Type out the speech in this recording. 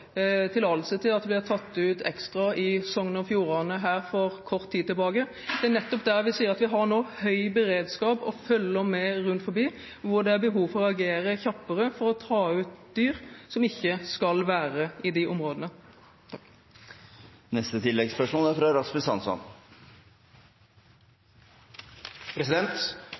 tillatelse til å få tatt ut ekstra i Sogn og Fjordane. Det er nettopp der vi sier at vi nå har høy beredskap og følger med på hvor det er behov for å reagere kjappere og ta ut dyr som ikke skal være i de områdene. Rasmus Hansson – til oppfølgingsspørsmål. Både i denne spørretimen og i debatten ellers om rovviltforliket er